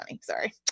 sorry